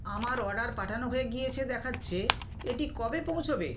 আমার অর্ডার পাঠানো হয়ে গিয়েছে দেখাচ্ছে এটি কবে পৌঁছবে